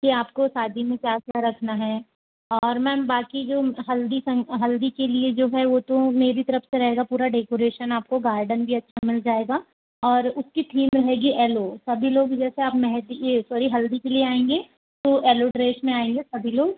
कि आपको शादी में क्या क्या रखना है और मैम बाकि जो हल्दी सन हल्दी के लिए जो है वो मेरी तरफ़ से रहेगा पूरा डेकोरेशन आपको गार्डन भी अच्छा मिल जाएगा और उसकी थीम रहेगी येल्लो सभी लोग जैसे मेहंदी ये सॉरी हल्दी के लिए आएंगे तो येल्लो ड्रेस में आएंगे सभी लोग